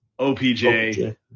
OPJ